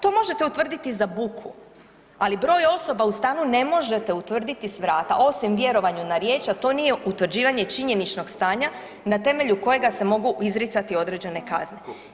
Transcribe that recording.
To možete utvrditi za buku, ali broj osoba u stanu ne možete utvrditi s vrata osim vjerovanju na riječ, a to nije utvrđivanju činjeničnog stanja na temelju kojega se mogu izricati određene kazne.